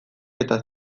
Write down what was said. eta